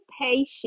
patient